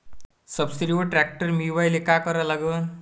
सबसिडीवर ट्रॅक्टर मिळवायले का करा लागन?